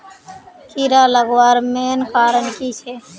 कीड़ा लगवार मेन कारण की छे?